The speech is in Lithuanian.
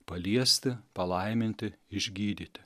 paliesti palaiminti išgydyti